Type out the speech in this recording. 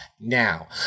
Now